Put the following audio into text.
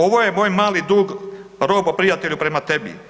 Ovo je moj mali dug Robo prijatelju prema tebi.